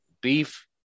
beef